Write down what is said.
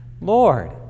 Lord